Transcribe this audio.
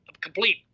complete